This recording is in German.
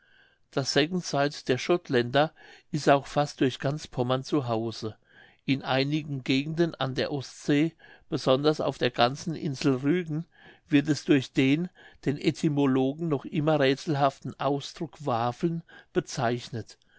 das second sight der schottländer ist auch fast durch ganz pommern zu hause in einigen gegenden an der ostsee besonders auf der ganzen insel rügen wird es durch den den etymologen noch immer räthselhaften ausdruck wafeln bezeichnet